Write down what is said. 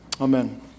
Amen